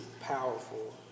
powerful